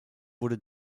wurde